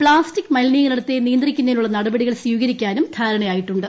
plastic മലിനീകരണത്തെ നിയന്ത്രിക്കുന്നതിനുള്ള നടപടികൾ സ്വീകരിക്കാനും ധാരണയായിട്ടുണ്ട്